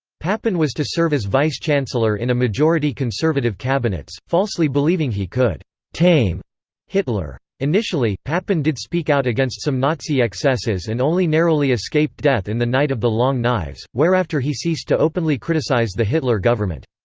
papen was to serve as vice-chancellor in a majority conservative cabinets, cabinets, falsely believing he could tame hitler. initially, papen did speak out against some nazi excesses and only narrowly escaped death in the night of the long knives, whereafter he ceased to openly criticize the hitler government.